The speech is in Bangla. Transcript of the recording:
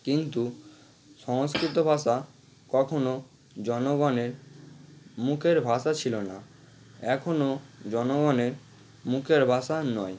কিন্তু সংস্কৃত ভাষা কখনও জনগণের মুখের ভাষা ছিলো না এখনও জনগণের মুখের ভাষা নয়